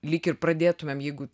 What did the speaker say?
lyg ir pradėtumėm jeigu